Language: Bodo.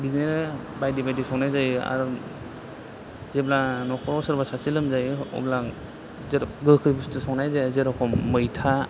बिदिनो बायदि बायदि संनाय जायो आरो जेब्ला न'खराव सोरबा सासे लोमजायो अब्ला आं गोखै बुस्थु संनाय जायो जेरुखम मैथा